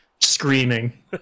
screaming